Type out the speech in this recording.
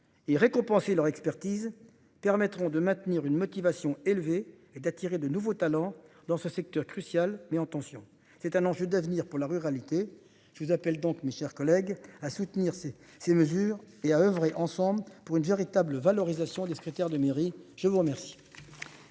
et récompenser leur expertise permettront de maintenir une motivation élevée et d'attirer de nouveaux talents dans ce secteur crucial mais attention c'est un enjeu d'avenir pour la ruralité. Je vous appelle donc mes chers collègues à soutenir ces ces mesures et à oeuvrer ensemble pour une véritable valorisation des secrétaires de mairie. Je vous remercie.